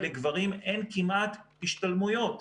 לגברים אין כמעט השתלמויות.